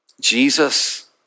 Jesus